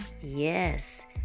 Yes